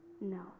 No